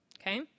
Okay